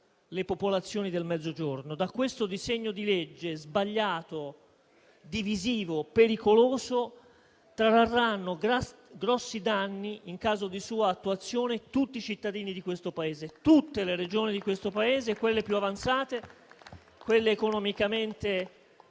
le popolazioni del Mezzogiorno correrebbero rischi. Da questo disegno di legge sbagliato, divisivo, pericoloso, trarranno grossi danni, in caso di sua attuazione, tutti i cittadini di questo Paese, tutte le Regioni di questo Paese, quelle più avanzate, quelle economicamente